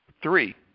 Three